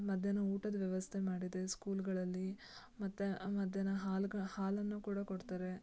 ಮಧ್ಯಾಹ್ನ ಊಟದ ವ್ಯವಸ್ಥೆ ಮಾಡಿದೆ ಸ್ಕೂಲುಗಳಲ್ಲಿ ಮತ್ತು ಮಧ್ಯಾಹ್ನ ಹಾಲ್ಗ ಹಾಲನ್ನು ಕೂಡ ಕೊಡ್ತಾರೆ